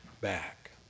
back